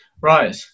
Right